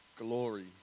glory